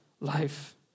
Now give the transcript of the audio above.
life